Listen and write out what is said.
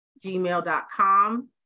gmail.com